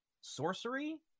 sorcery